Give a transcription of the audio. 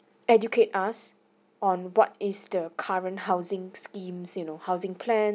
educate us on what is the current housing schemes you know housing plan